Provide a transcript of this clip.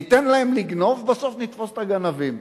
ניתן להם לגנוב, בסוף נתפוס את הגנבים.